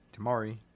Tamari